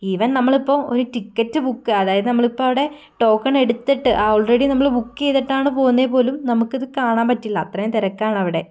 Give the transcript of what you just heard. even നമ്മളിപ്പോൾ ഒരു ticket book അതായത് നമ്മളിപ്പോൾ അവിടെ ടോക്കൺ എടുത്തിട്ട് ഓൾറെഡി നമ്മള് ബുക്ക് ചെയ്തിട്ടാണ് പോന്നെപ്പോലും നമുക്ക് അത് കാണാൻ പറ്റില്ല അത്രയും തിരക്കാണ് അവിടെ